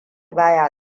baya